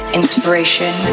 inspiration